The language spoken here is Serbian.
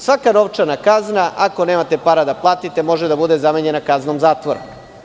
Svaka novčana kazna, ako nemate para da platite, može da bude zamenjena kaznom zatvora.